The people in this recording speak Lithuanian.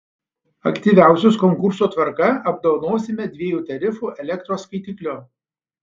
aktyviausius konkurso tvarka apdovanosime dviejų tarifų elektros skaitikliu